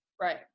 right